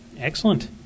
Excellent